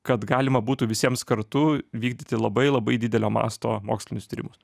kad galima būtų visiems kartu vykdyti labai labai didelio masto mokslinius tyrimus